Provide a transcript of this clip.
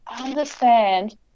understand